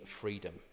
freedom